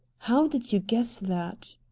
how did you guess that?